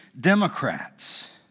Democrats